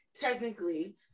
technically